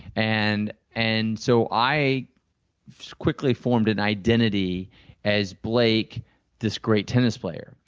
and and so, i quickly formed an identity as blake this great tennis player,